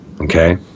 okay